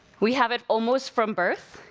we have it almost from birth,